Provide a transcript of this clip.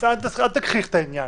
אל תגחיך את העניין.